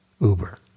Uber